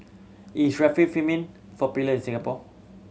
is Remifemin popular in Singapore